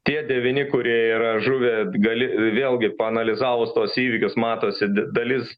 tie devyni kurie yra žuvę atgali vėlgi paanalizavus tuos įvykius matosi dalis